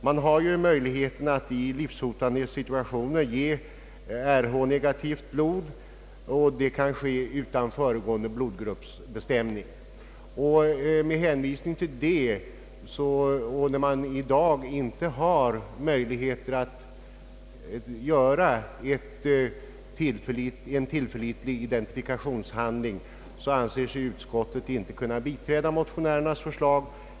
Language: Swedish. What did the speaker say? Man har möjlighet att i en livshotande situation ge Rh-negativt blod av blodgrupp 0, och det kan ske utan föregående blodgruppsbestämning. Med hänvisning härtill och till att man i dag inte har möjlighet att åstadkomma en tillförlitlig identifikationshandling anser sig utskottet inte kunna biträda motionärernas förslag.